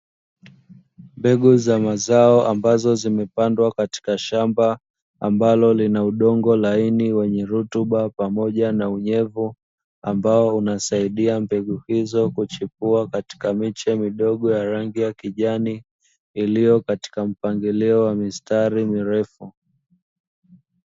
Mbegu za mazao ambazo zimepandwa katika shamba ambalo lina udongo laini wenye rutuba pamoja na unyevu, ambao unasaidia mbegu hizo kuchipua katika miche midogo ya rangi ya kijani, iliyo katika mpangilio wa mistari mirefu.